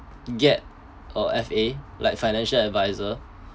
get a F_A like financial advisor